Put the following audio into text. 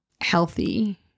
healthy